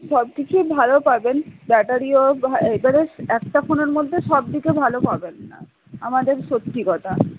সব কিছুই ভালো পাবেন ব্যাটারিও এখানে একটা ফোনের মধ্যে সব কিছু ভালো পাবেন না আমাদের সত্যি কথা